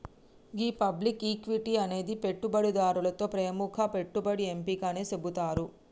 గీ public equity అనేది పెట్టుబడిదారులతో ప్రముఖ పెట్టుబడి ఎంపిక అని సెబుతారు